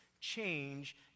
change